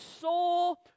soul